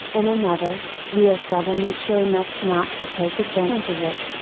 and another, we are seldom mature enough not to take advantage of it.